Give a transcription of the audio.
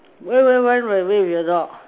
why why why run away with a dog